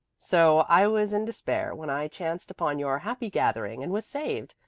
so i was in despair when i chanced upon your happy gathering and was saved.